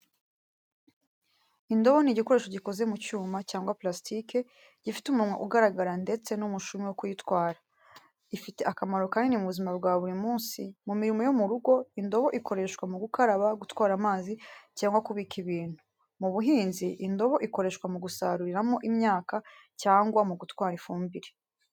Indobo ni igikoresho gikoze mu cyuma cyangwa purasitike, gifite umunwa ugaragara ndetse n’umushumi wo kuyitwara. Ifite akamaro kanini mu buzima bwa buri munsi. Mu mirimo yo mu rugo, indobo ikoreshwa mu gukaraba, gutwara amazi, cyangwa kubika ibintu. Mu buhinzi, indobo ikoreshwa mu gusaruriramo imyaka cyangwa mu gutwara ifumbire.